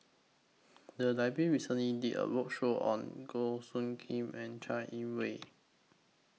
The Library recently did A roadshow on Goh Soo Khim and Chai Yee Wei